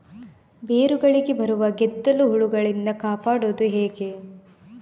ಬೇರುಗಳಿಗೆ ಬರುವ ಗೆದ್ದಲು ಹುಳಗಳಿಂದ ಕಾಪಾಡುವುದು ಹೇಗೆ?